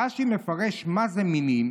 רש"י מפרש: מה זה מינים?